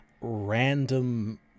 random